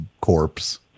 corpse